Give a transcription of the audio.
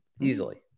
easily